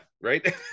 right